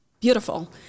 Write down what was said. beautiful